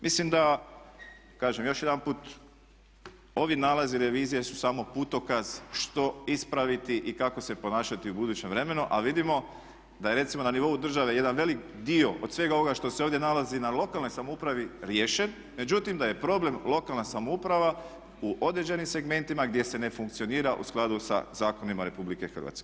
Mislim da kažem još jedanput ovi nalazi revizije su samo putokaz što ispraviti i kako se ponašati u budućem vremenu, a vidimo da je recimo na nivou države jedan velik dio od svega ovoga što ste ovdje nalazi na lokalnoj samoupravi riješen, međutim da je problem lokalna samouprava u određenim segmentima gdje se ne funkcionira u skladu sa zakonima Republike Hrvatske.